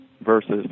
versus